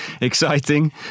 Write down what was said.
exciting